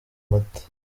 mata